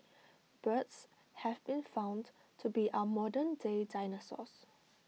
birds have been found to be our modernday dinosaurs